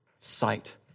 sight